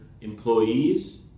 employees